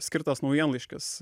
skirtas naujienlaiškis